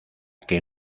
que